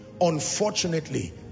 Unfortunately